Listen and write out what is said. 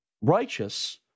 righteous